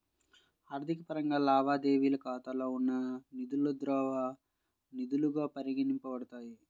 ఆర్థిక పరంగా, లావాదేవీ ఖాతాలో ఉన్న నిధులుద్రవ నిధులుగా పరిగణించబడతాయి